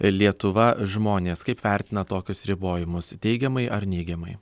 lietuva žmonės kaip vertina tokius ribojimus teigiamai ar neigiamai